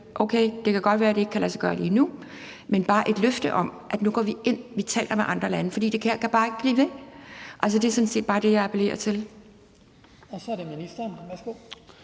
Okay, det kan godt være, det ikke kan lade sig gøre lige nu, men vi ønsker bare et løfte om, at man nu taler med andre lande. For det her kan bare ikke blive ved. Altså, det er sådan set bare det, jeg appellerer til. Kl. 12:51 Den fg.